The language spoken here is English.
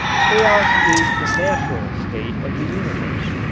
chaos is the natural state of the universe.